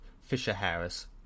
Fisher-Harris